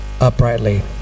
uprightly